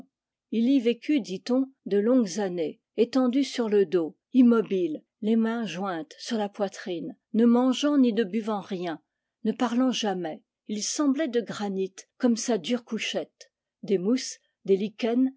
il y vécut dit-on de longues années étendu sur le dos immobile les mains jointes sur la poitrine ne mangeant ni ne buvant rien ne parlant jamais il semblait de granit comme sa dure couchette des mousses